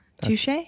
Touche